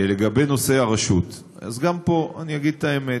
לגבי נושא הרשות, אז גם פה אני אגיד את האמת.